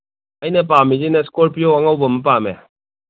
ꯑꯩꯅ ꯄꯥꯝꯃꯤꯁꯤꯅ ꯏꯁꯀꯣꯔꯄꯤꯌꯣ ꯑꯉꯧꯕ ꯑꯃ ꯄꯥꯝꯃꯦ